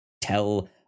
tell